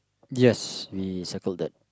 yes we circled that